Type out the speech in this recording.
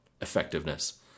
effectiveness